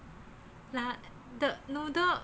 la~ the noodle